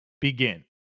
begin